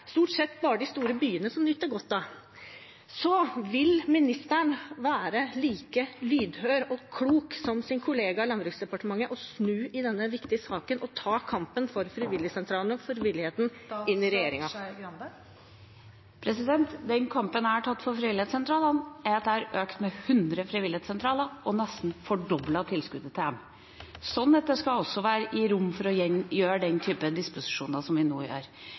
stort sett bare de store byene som nyter godt av. Vil ministeren være like lydhør og klok som sin kollega i Landbruksdepartementet og snu i denne viktige saken og ta kampen for frivilligsentralene og frivilligheten inn i regjeringen? Den kampen jeg har tatt for frivilligsentralene, er at jeg har økt med hundre frivilligsentraler og nesten fordoblet tilskuddene til dem, slik at det også skal være rom for å gjøre den type disposisjoner som vi nå gjør.